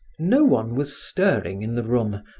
no one was stirring in the room.